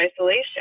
isolation